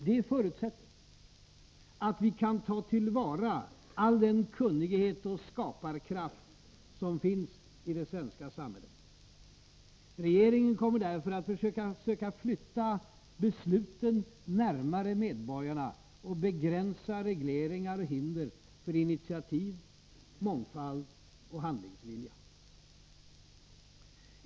Den förutsätter att vi kan ta till vara all den kunnighet och skaparkraft som finns i det svenska samhället. Regeringen kommer därför att söka flytta besluten närmare medborgarna och begränsa regleringar och hinder för initiativ, mångfald och handlingsvilja.